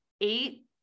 Eight